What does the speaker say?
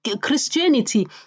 Christianity